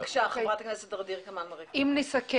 חברת הכנסת ר'אדיר כמאל מריח, בבקשה.